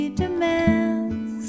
demands